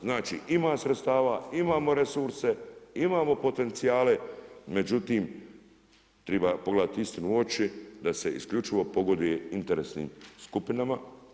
Znači ima sredstava, imamo resurse, imamo potencijale, međutim, treba pogledati isitni u oči da se isključivo pogoduje interesnim skupinama.